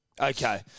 Okay